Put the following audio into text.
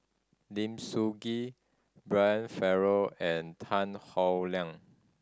Lim Sun Gee Brian Farrell and Tan Howe Liang